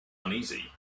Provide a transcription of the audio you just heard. uneasy